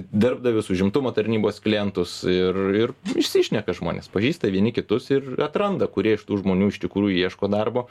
darbdavius užimtumo tarnybos klientus ir ir išsišneka žmonės pažįsta vieni kitus ir atranda kurie iš tų žmonių iš tikrųjų ieško darbo